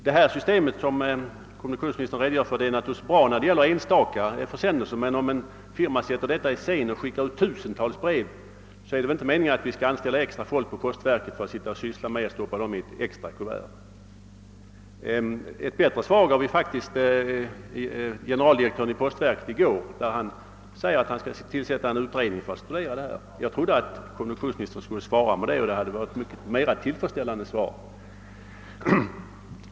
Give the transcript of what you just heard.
Det arrangemang som kommunikationsministern redogör för är naturligtvis bra i fråga om enstaka försändelser, men om en firma skickar ut tusentals brev är det väl inte meningen att postverket skall anställa extra folk för att stoppa in dessa brev i särskilda kuvert? Ett bättre svar gav faktiskt generaldirektören i postverket i en tidning i går, när han sade att han skall tillsätta en utredning för att studera frågan. Jag trodde att kommunikationsministern skulle ge mig det svaret — det hade varit mer tillfredsställande.